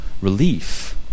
relief